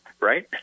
right